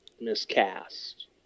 miscast